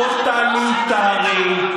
טוטליטרי,